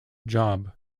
job